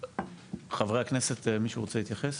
חברי הכנסת, מישהו רוצה להתייחס?